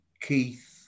Keith